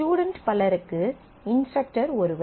student பலருக்கு instructor ஒருவர்